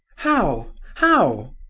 how, how?